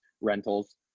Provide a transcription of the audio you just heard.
rentals